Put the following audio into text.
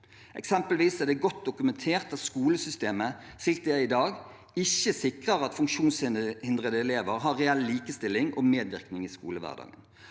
Eksempelvis er det godt dokumentert at skolesystemet slik det er i dag, ikke sikrer at funksjonshindrede elever har reell likestilling og medvirkning i skolehverdagen.